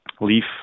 leaf